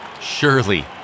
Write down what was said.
Surely